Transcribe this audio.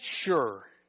sure